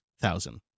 thousand